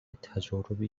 تجاربی